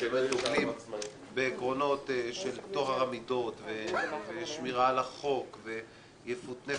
שבאמת דוגלים בעקרונות של טוהר המידות ושמירה על החוק ויפות נפש,